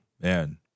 man